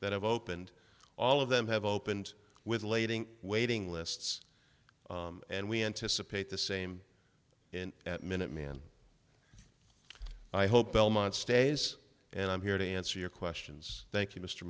that have opened all of them have opened with lading waiting lists and we anticipate the same in minuteman i hope belmont stays and i'm here to answer your questions thank you mr